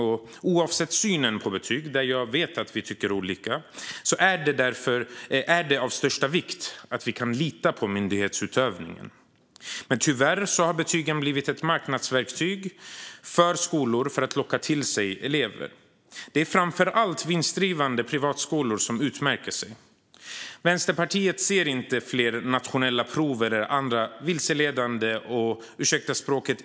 Oavsett synen på betyg - jag vet att vi tycker olika där - är det av största vikt att man kan lita på myndighetsutövningen. Men tyvärr har betygen blivit ett marknadsverktyg för skolorna, för att locka till sig elever. Det är framför allt vinstdrivande privatskolor som utmärker sig. Vänsterpartiet ser inte fler nationella prov eller andra vilseledande och - ursäkta språket!